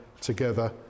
together